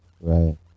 Right